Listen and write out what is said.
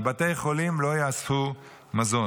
מבתי החולים לא יאספו מזון.